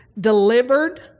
delivered